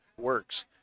works